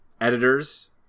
editors